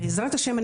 בעזרת השם,